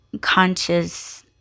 conscious